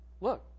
look